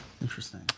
Interesting